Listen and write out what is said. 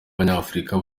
b’abanyafurika